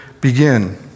begin